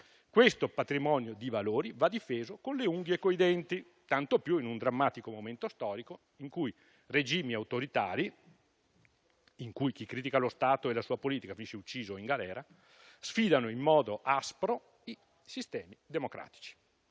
Questo patrimonio di valori va difeso con le unghie e con i denti, tanto più in un drammatico momento storico in cui regimi autoritari, in cui chi critica lo Stato e la sua politica viene ucciso o messo in galera, sfidano in modo aspro i sistemi democratici.